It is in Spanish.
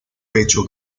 pecho